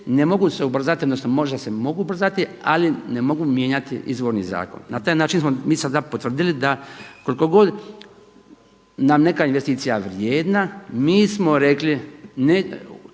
ne mogu se ubrzati, odnosno možda se mogu ubrzati ali ne mogu mijenjati izvorni zakon. Na taj način smo mi sada potvrdili da koliko god nam je neka investicija vrijedna, mi smo rekli